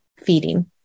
feeding